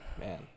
Man